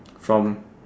from